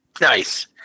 Nice